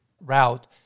route